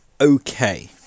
okay